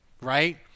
right